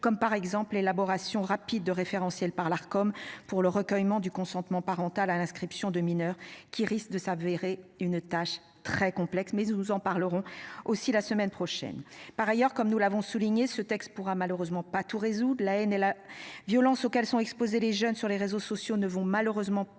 comme par exemple l'élaboration rapide de référentiels par l'Arcom pour le recueillement du consentement parental à l'inscription de mineurs qui risque de s'avérer une tâche très complexe mais où nous en parlerons aussi la semaine prochaine. Par ailleurs, comme nous l'avons souligné ce texte pourra malheureusement pas tout résoudre la haine et la violence auxquelles sont exposés les jeunes sur les réseaux sociaux ne vont malheureusement pas